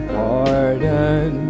pardon